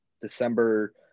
December